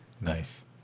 Nice